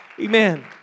Amen